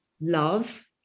love